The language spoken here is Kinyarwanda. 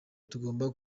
tugomba